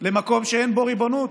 למקום שאין בו ריבונות.